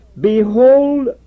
Behold